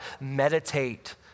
Meditate